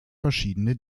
verschiedene